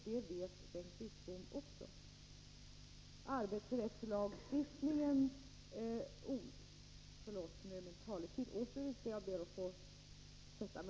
Det vet Bengt Wittbom.